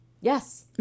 Yes